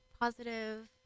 positive